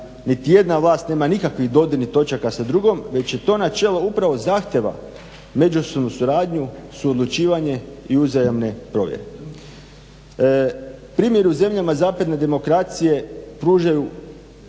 niti jedna vlast nema nikakvih dodirnih točaka sa drugom već to načelo upravo zahtijeva međusobnu suradnju, suodlučivanje i uzajamne provjere. Primjer u zemljama zapadne demokracije pružaju